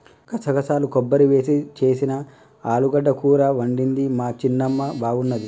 గసగసాలు కొబ్బరి వేసి చేసిన ఆలుగడ్డ కూర వండింది మా చిన్నమ్మ బాగున్నది